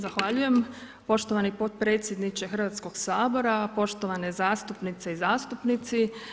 Zahvaljujem poštovani potpredsjedniče Hrvatskoga sabora, poštovane zastupnice i zastupnici.